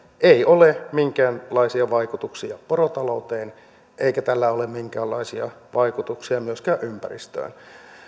ei ole minkäänlaisia vaikutuksia porotalouteen eikä tällä ole minkäänlaisia vaikutuksia myöskään ympäristöön